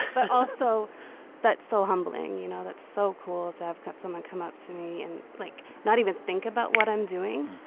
but also that's so humbling. you know, that's so cool to have someone come up to me and, like, not even think about what i'm doing.